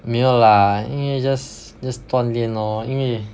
没有 lah 因为 just just 锻炼 lor 因为